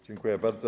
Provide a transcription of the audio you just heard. Dziękuję bardzo.